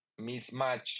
mismatch